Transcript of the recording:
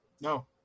no